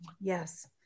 Yes